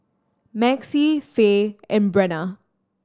Maxie Fae and Brenna